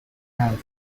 and